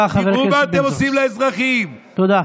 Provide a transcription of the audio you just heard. תודה,